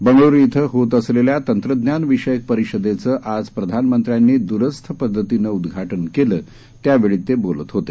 बंगळ्रु इथे होत असलेल्या तंत्रज्ञान विषयक परिषदेचं आज प्रधानमंत्र्यांनी द्रस्थ पद्धतीनं उद्घाटन केलं त्यावेळी ते बोलत होते